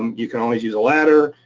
um you can always use a ladder,